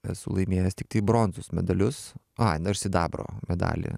esu laimėjęs tiktai bronzos medalius ai dar sidabro medalį